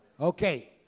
Okay